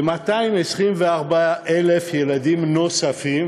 ל-224,000 ילדים נוספים